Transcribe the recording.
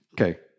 Okay